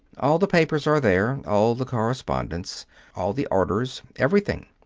all the papers are there, all the correspondence all the orders, everything.